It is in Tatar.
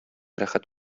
рәхәт